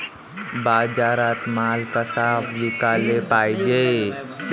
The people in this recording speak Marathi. बाजारात माल कसा विकाले पायजे?